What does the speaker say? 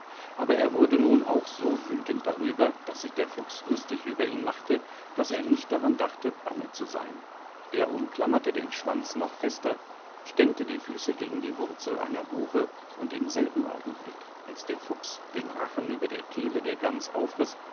aber er wurde nun auch so wütend darüber daß sich der fuchs lustig über ihn machte daß er nicht daran dachte bange zu sein er umklammerte den schwanz noch fester stemmte die füße gegen die wurzel einer buche und im selben augenblick als der fuchs den rachen über der kehledergansaufriß